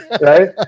right